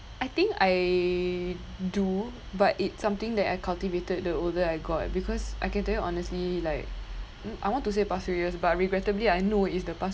I think I do but it's something that I cultivated the older I got because I can tell you honestly like I want to say past few years but regrettably I know it's the past